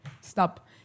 stop